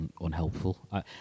unhelpful